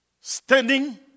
standing